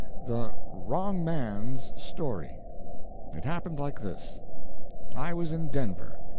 the wrong man's story it happened like this i was in denver.